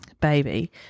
baby